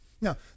Now